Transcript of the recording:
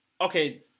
Okay